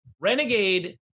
Renegade